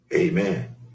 Amen